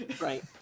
right